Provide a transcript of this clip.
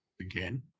again